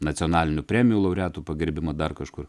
nacionalinių premijų laureatų pagerbimą dar kažkur